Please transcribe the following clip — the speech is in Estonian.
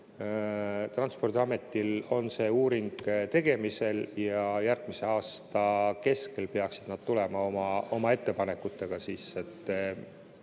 Transpordiametil on see uuring tegemisel ja järgmise aasta keskel peaksid nad tulema välja oma ettepanekutega, mis